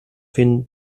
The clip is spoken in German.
hin